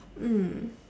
mm